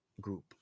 group